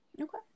Okay